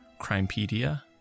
Crimepedia